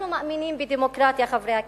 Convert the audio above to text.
אנחנו מאמינים בדמוקרטיה, חברי הכנסת,